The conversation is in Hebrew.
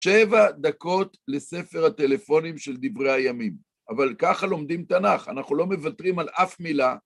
שבע דקות לספר הטלפונים של דברי הימים, אבל ככה לומדים תנ״ך, אנחנו לא מוותרים על אף מילה.